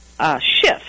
shift